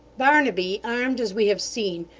barnaby, armed as we have seen,